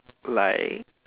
like